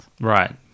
right